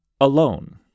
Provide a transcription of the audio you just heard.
alone